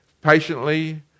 patiently